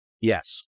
Yes